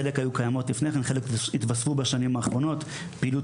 חלק היו קיימות לפני כן וחלק התווספו בשנים האחרונות: פעילות